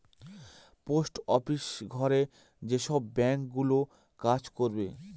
post office ঘরে যেসব bank গুলো কাজ করবে